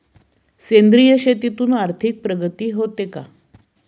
सेंद्रिय शेतीतून आर्थिक प्रगती होते का?